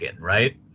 right